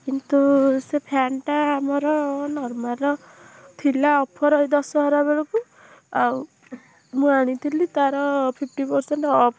କିନ୍ତୁ ସେ ଫ୍ୟାନ୍ଟା ଆମର ନର୍ମାଲ୍ ଥିଲା ଅଫର୍ ଏହି ଦଶହରା ବେଳକୁ ଆଉ ମୁଁ ଆଣିଥିଲି ତା'ର ଫିପ୍ଟି ପର୍ସେଣ୍ଟ୍ ଅଫ୍